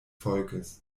volkes